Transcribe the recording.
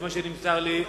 מה שנמסר לי.